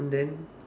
and then